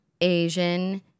Asian